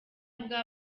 bwa